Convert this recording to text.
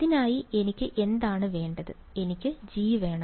അതിനായി എനിക്ക് എന്താണ് വേണ്ടത് എനിക്ക് G വേണം